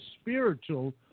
spiritual